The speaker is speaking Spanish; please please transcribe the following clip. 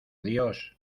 dios